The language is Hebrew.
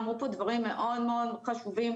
אמרו פה דברים מאוד מאוד חשובים,